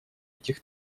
этих